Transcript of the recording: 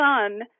son